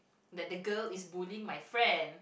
that the girl is bullying my friend